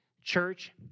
Church